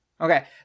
Okay